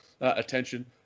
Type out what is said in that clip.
attention